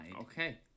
Okay